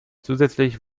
zusätzlich